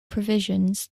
provisions